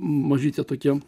mažytė tokia